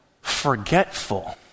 forgetful